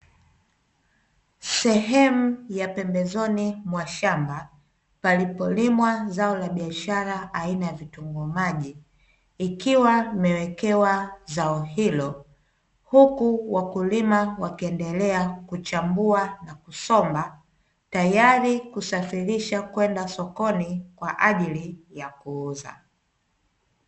Sehemu ya pembezoni mwa shamba palipolimwa zao la biashara aina ya vitunguu maji, ikiwa imewekewa zao hilo huku wakulima wakiendelea kuchambua na kusomba tayari kusafirisha kwenda sokoni kwa ajili ya kuuza.